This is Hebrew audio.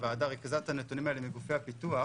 הוועדה ריכזה את הנתונים האלה מגופי הפיתוח.